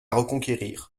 reconquérir